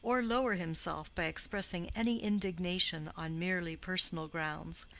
or lower himself by expressing any indignation on merely personal grounds,